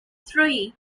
three